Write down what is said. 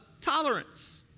tolerance